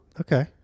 Okay